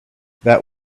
that